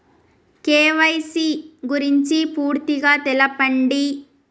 KYC గురించి పూర్తిగా తెలపండి?